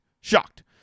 Shocked